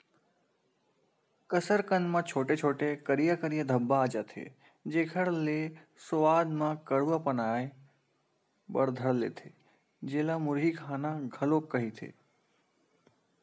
कसरकंद म छोटे छोटे, करिया करिया धब्बा आ जथे, जेखर ले सुवाद मन म कडुआ पन आय बर धर लेथे, जेला मुरही खाना घलोक कहिथे